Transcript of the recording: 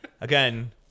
again